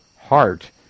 heart